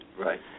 right